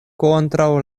kontraŭ